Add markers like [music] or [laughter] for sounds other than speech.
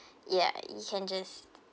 [breath] ya you can just